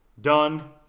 Done